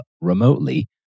remotely